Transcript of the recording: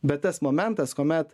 bet tas momentas kuomet